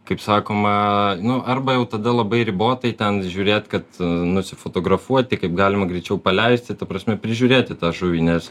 kaip sakoma nu arba jau tada labai ribotai ten žiūrėt kad nusifotografuoti kaip galima greičiau paleisti ta prasme prižiūrėti tą žuvį nes